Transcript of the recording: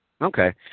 Okay